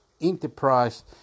Enterprise